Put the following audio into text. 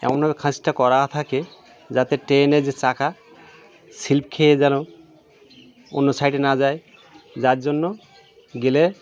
এমন ভাবে খাঁজটা করা থাকে যাতে ট্রেনে যে চাকা স্লিপ খেয়ে যেন অন্য সাইডে না যায় যার জন্য গেলে